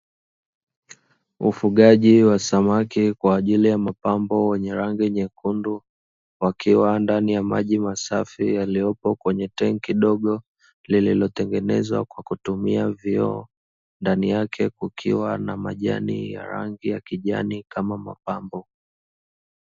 Ufugaji wa samaki kwa ajili ya mapambo wenye rangi nyekundu, wakiwa ndani ya maji masafi yaliyopo kwenye tenki dogo lililotengenezwa kwa kutumia vioo ndani yake kukiwa na majani ya rangi ya kijani kama mapambo.